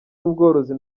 n’ubworozi